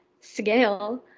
Scale